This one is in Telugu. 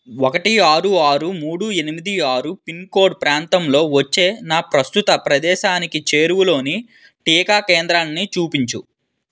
ఒకటి ఆరు ఆరు మూడు ఎనిమిది ఆరు పిన్కోడ్ ప్రాంతంలో వచ్చే నా ప్రస్తుత ప్రదేశానికి చేరువలోని టీకా కేంద్రాన్ని చూపించు